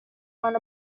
one